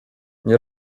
nie